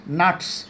nuts